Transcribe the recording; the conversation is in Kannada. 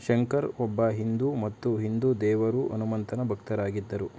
ಶಂಕರ್ ಒಬ್ಬ ಹಿಂದೂ ಮತ್ತು ಹಿಂದೂ ದೇವರು ಹನುಮಂತನ ಭಕ್ತರಾಗಿದ್ದರು